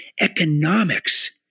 economics